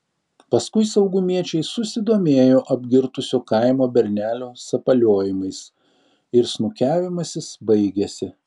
paskui saugumiečiai susidomėjo apgirtusio kaimo bernelio sapaliojimais ir snukiavimasis baigėsi